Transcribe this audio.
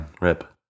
rip